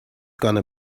gonna